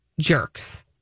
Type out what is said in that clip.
jerks